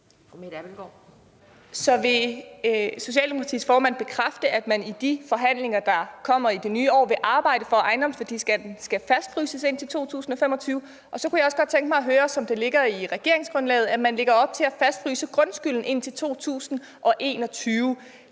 Vil Socialdemokratiets formand så bekræfte, at man i de forhandlinger, der kommer i det nye år, vil arbejde for, at ejendomsværdiskatten skal fastfryses indtil 2025? Så kunne jeg også godt tænke mig at høre: Som det ligger i regeringsgrundlaget, lægger man op til at fastfryse grundskylden indtil 2021.